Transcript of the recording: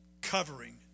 covering